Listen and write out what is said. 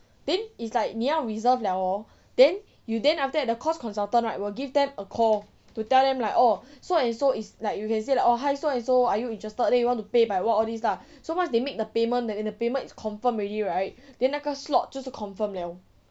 then it's like 你要 reserved liao hor then you then after that the course consultant right will give them a call to tell them like oh so and so is like you can say like oh hi so and so are you interested then you want to pay by what all these lah so once they make the payment then the payment is confirmed already right then 那个 slot 就是 confirm liao